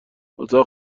اتاق